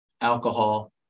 alcohol